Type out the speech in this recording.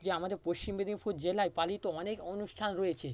যে আমাদের পশ্চিম মেদিনীপুর জেলায় পালিত অনেক অনুষ্ঠান রয়েছে